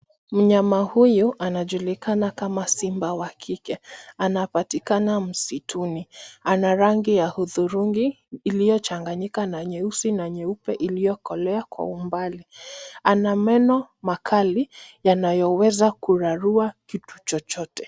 Mnyama huyu anajulikana kama simba wa kike. Anapatikana msituni. Ana rangi ya hudhurungi iliyochanganyika na nyeusi na nyeupe iliyokolea kwa umbali. Ana meno makali yanayoweza kurarua kitu chochote.